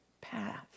path